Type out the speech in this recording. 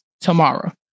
tomorrow